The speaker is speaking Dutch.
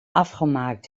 afgemaakt